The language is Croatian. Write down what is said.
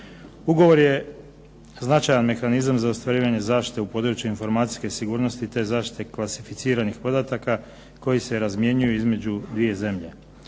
Ugovor je značajan mehanizam za ostvarivanje zaštite u području informacijske sigurnosti te zaštite klasificiranih podataka koji se razmjenjuju između dvije zemlje.